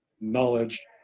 knowledge